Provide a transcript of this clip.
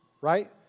right